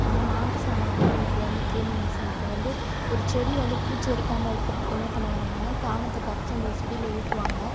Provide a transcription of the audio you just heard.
ஆனால் மாட்டு சாணம் வந்து ஒரு சிறந்த கிருமிநாசினி இப்போ வந்து ஒரு செடி வந்து பூச்சி அரிக்காமல் இருக்கிறதுக்கு என்ன பண்ணுவாங்கனால் சாணத்தை கரைச்சு அந்த செடியில் ஊற்றுவாங்க